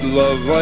love